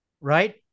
right